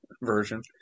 version